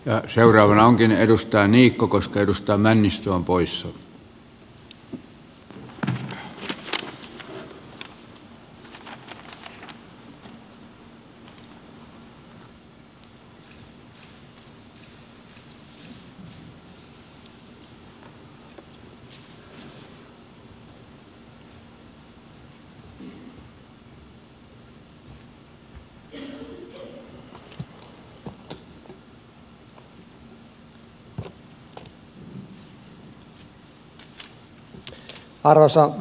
ja seuraavana onkin edustaja niikko kosketusta arvoisa herra puhemies